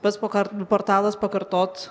pats pokar portalas pakartot